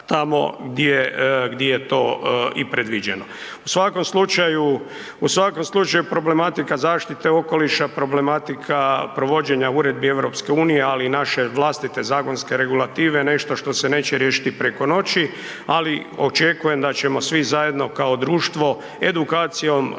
u svakom slučaju problematika zaštite okoliša, problematika provođenja Uredbi EU, ali i naše vlastite zakonske regulative je nešto što se neće riješiti preko noći, ali očekujem da ćemo svi zajedno kao društvo edukacijom